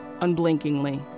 unblinkingly